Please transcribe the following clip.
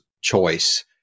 choice